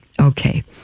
Okay